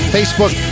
Facebook